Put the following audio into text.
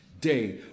day